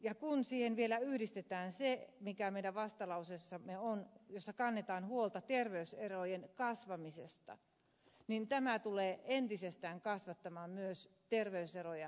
kun siihen vielä yhdistetään se mikä meidän vastalauseessamme on jossa kannetaan huolta terveyserojen kasvamisesta niin tämä tulee entisestään kasvattamaan myös terveyseroja maassamme